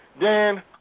Dan